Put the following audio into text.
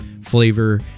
flavor